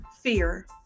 fear